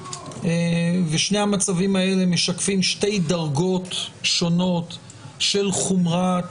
ושני המצבים האלה משקפים שתי דרגות שונות של חומרת